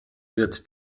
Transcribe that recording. wird